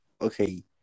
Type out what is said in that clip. okay